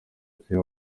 care